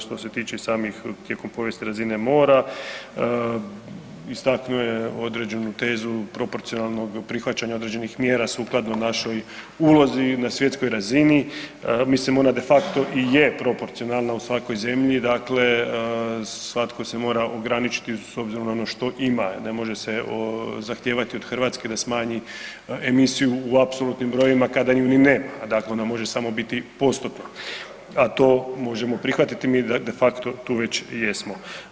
Što se tiče samih tijekom povijesne razine mora, istaknuo je određenu tezu proporcionalnog prihvaćanja određenih mjera sukladnoj našoj ulozi na svjetskoj razini, mislim ona de facto i je proporcionalna u svoj zemlji, dakle svatko se mora ograničiti s obzirom na ono što ima, ne može se zahtijevati od Hrvatske da smanji emisiju u apsolutnim brojevima kada je ni nema, dakle ona može samo biti postotna a to možemo prihvatiti, de facto tu već i jesmo.